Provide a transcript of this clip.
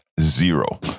zero